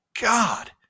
God